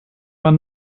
man